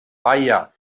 baia